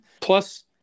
plus